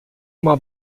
uma